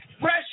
fresh